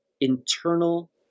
Internal